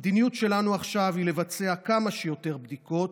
המדיניות שלנו עכשיו היא לבצע כמה שיותר בדיקות,